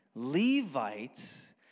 Levites